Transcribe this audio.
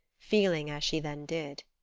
feeling as she then did.